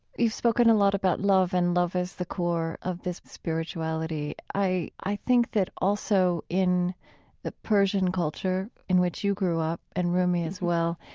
you've spoken a lot about love and love as the core of this spirituality. i i think that, also, in the persian culture in which you grew up and rumi as well,